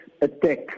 attack